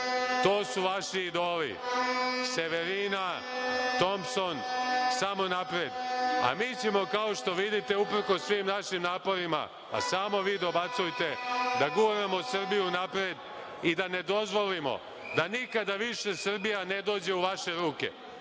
to su vaši idoli, Severina, Tompson, samo napred. Mi ćemo, kao što vidite uprkos svim našim naporima, ma samo vi dobacujte, da guramo Srbiju napred i da ne dozvolimo da nikada više Srbija ne dođe u vaše ruke,